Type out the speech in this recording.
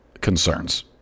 concerns